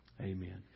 amen